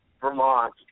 Vermont